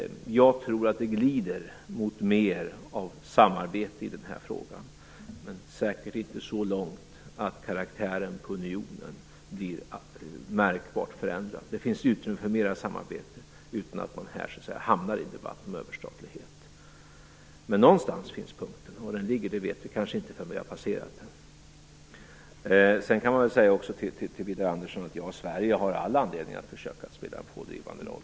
Jag tror att det glider mot mer av samarbete i den här frågan, men säkert inte så långt att karaktären på unionen blir märkbart förändrad. Det finns utrymme för mer samarbete utan att man behöver hamna i en debatt om överstatlighet. Men någonstans finns punkten. Var den ligger vet vi kanske inte förrän vi har passerat den. Sedan kan jag också säga till Widar Andersson att Sverige har all anledning att försöka spela en pådrivande roll.